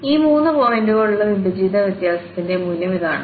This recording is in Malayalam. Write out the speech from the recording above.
ഈ മൂന്ന് പോയിന്റുകളുള്ള വിഭജിത വ്യത്യാസത്തിന്റെ മൂല്യം ഇതാണ്